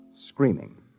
screaming